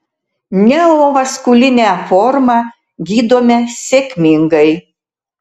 neovaskulinę formą gydome sėkmingai